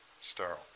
sterile